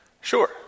Sure